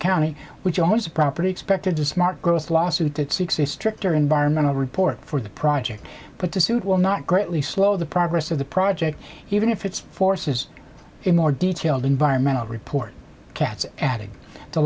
county which almost a property expected to smart girls lawsuit it seeks a stricter environmental report for the project but the suit will not greatly slow the progress of the project even if its forces in more detailed environmental report cats adding the